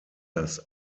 das